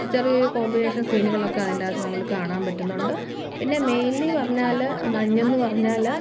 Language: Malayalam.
ചെറിയൊരു കോമ്പിനേഷൻ സീനുകളൊക്കെ അതിന്റെയകത്ത് നമ്മൾക്ക് കാണാൻ പറ്റുന്നുണ്ട് പിന്നെ മെയിൻലി പറഞ്ഞാൽ മഞ്ഞെന്ന് പറഞ്ഞാൽ